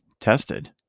tested